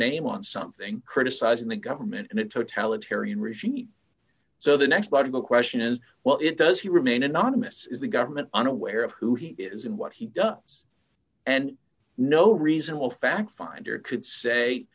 name on something criticizing the government and it totalitarian regime so the next logical question is well it does he remain anonymous is the government unaware of who he is and what he does and no reasonable fact finder could say